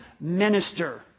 minister